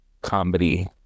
comedy